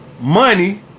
money